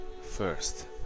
First